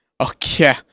Okay